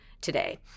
today